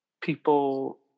people